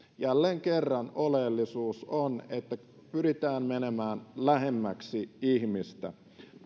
jälleen kerran oleellista on että pyritään menemään lähemmäksi ihmistä